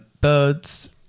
Birds